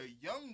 young